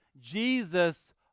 Jesus